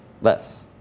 Less